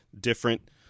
different